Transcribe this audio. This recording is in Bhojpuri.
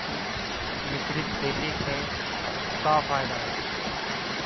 मिश्रित खेती क का फायदा ह?